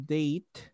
date